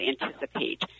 anticipate